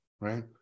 right